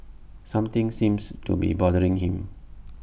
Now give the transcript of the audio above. something seems to be bothering him